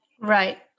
Right